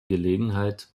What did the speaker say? gelegenheit